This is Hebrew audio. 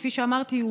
כפי שאמרתי,